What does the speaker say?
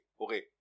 okay